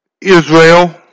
Israel